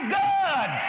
good